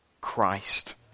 Christ